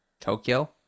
Tokyo